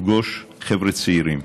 לפגוש חבר'ה צעירים.